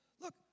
Look